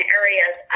areas